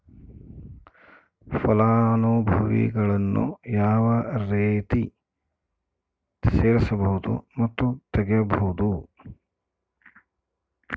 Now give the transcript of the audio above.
ಫಲಾನುಭವಿಗಳನ್ನು ಯಾವ ರೇತಿ ಸೇರಿಸಬಹುದು ಮತ್ತು ತೆಗೆಯಬಹುದು?